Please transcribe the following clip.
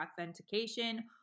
authentication